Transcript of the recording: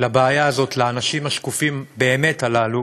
לבעיה הזאת, לאנשים השקופים-באמת הללו.